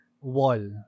wall